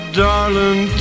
darling